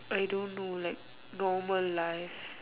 I don't know like normal life